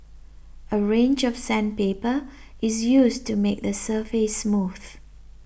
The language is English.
a range of sandpaper is used to make the surface smooth